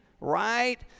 right